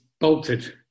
bolted